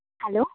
hello